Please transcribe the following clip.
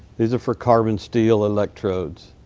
these are for carbon steel electrodes.